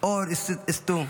אור אסתו,